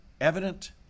evident